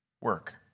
work